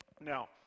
Now